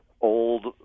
old